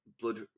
blood